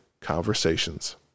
Conversations